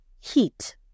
heat